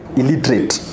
illiterate